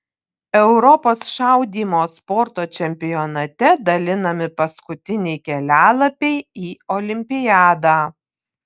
europos šaudymo sporto čempionate dalinami paskutiniai kelialapiai į olimpiadą